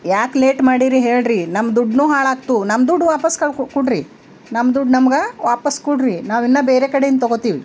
ಯಾಕೆ ಲೇಟ್ ಮಾಡಿರಿ ಹೇಳಿರಿ ನಮ್ಮ ದುಡ್ಡು ಹಾಳಾಗ್ತು ನಮ್ಮ ದುಡ್ಡು ವಾಪಸ್ ಕಳ್ಸಿ ಕೊಡ್ರಿ ನಮ್ಮ ದುಡ್ಡು ನಮ್ಗೆ ವಾಪಸ್ ಕೊಡ್ರಿ ನಾವಿನ್ನು ಬೇರೆ ಕಡೆಯಿಂದ ತಗೊತಿವಿ